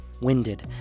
Winded